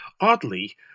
oddly